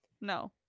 No